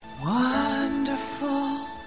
wonderful